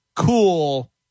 cool